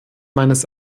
meines